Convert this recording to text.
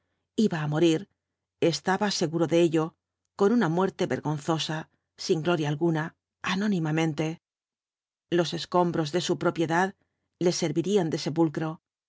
iba á morir estaba seguro de ello con una muerte vergonzosa sin gloria alguna anónimamente los escombros de su propiedad le servirían de sepulcro